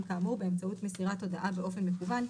כאמור באמצעות מסירת הודעה באופן מקוון,